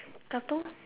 katong